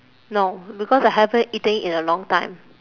no because I haven't eaten it in a long time